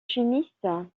chimiste